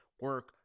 Work